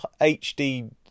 hd